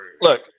Look